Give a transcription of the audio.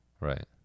Right